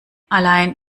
allein